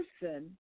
person